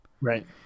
Right